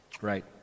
Right